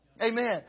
Amen